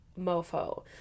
mofo